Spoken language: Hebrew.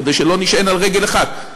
כדי שלא נישען על רגל אחת,